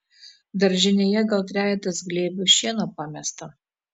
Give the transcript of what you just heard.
daržinėje gal trejetas glėbių šieno pamesta